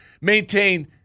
maintain